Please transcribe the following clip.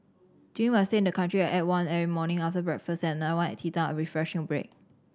during my stay in the country I ate one every morning after breakfast and another at teatime a refreshing break